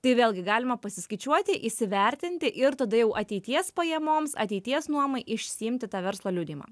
tai vėlgi galima pasiskaičiuoti įsivertinti ir tada jau ateities pajamoms ateities nuomai išsiimti tą verslo liudijimą